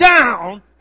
down